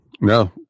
No